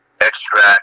extract